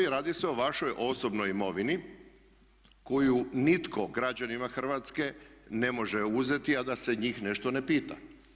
Radi se o vašoj osobnoj imovini koju nitko građanima Hrvatske ne može uzeti a da se njih nešto ne pita.